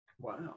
Wow